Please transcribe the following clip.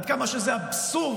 עד כמה שזה אבסורד,